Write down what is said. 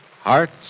hearts